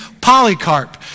Polycarp